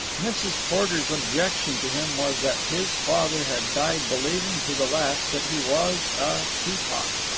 mrs. porter's objection to him was that his father had died believing to the last that he was a teapot.